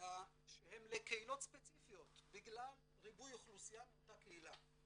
שהם לקהילות ספציפיות בגלל ריבוי אוכלוסייה מאותה קהילה.